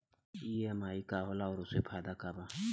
EMI का होला और ओसे का फायदा बा?